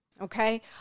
okay